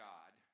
God